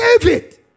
David